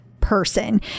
person